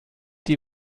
die